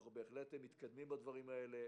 אנחנו בהחלט מתקדמים בדברים האלה,